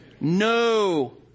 No